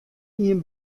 ien